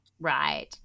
Right